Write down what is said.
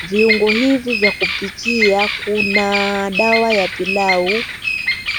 viungo hivi vya kupikia, kuna dawa ya pilau.